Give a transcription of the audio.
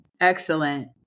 Excellent